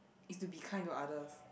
is to be kind to others